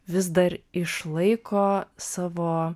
vis dar išlaiko savo